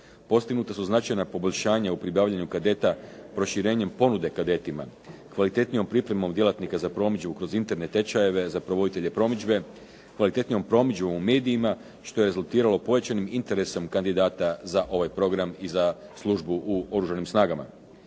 Postignuta su značajna poboljšanja u pribavljanju kadeta proširenjem ponude kadetima, kvalitetnijom pripremom djelatnika za promidžbu kroz interne tečajeve za provoditelje promidžbe, kvalitetnijom promidžbom u medijima što je rezultiralo povećanim interesom kandidata za ovaj program i za službu u oružanim snagama.